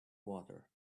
water